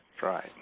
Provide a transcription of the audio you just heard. right